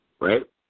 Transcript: right